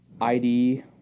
ID